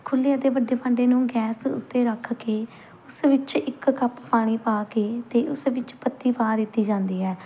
ਖੁੱਲ੍ਹੇ ਅਤੇ ਵੱਡੇ ਭਾਂਡੇ ਨੂੰ ਗੈਸ ਉੱਤੇ ਰੱਖ ਕੇ ਉਸ ਵਿੱਚ ਇੱਕ ਕੱਪ ਪਾਣੀ ਪਾ ਕੇ ਅਤੇ ਉਸ ਵਿੱਚ ਪੱਤੀ ਪਾ ਦਿੱਤੀ ਜਾਂਦੀ ਹੈ